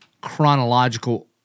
chronological